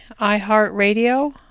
iHeartRadio